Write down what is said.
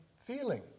feeling